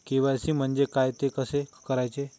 KYC म्हणजे काय? ते कसे करायचे?